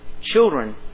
children